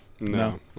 No